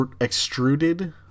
extruded